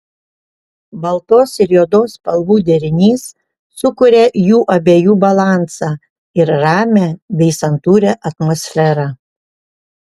baltos ir juodos spalvų derinys sukuria jų abiejų balansą ir ramią bei santūrią atmosferą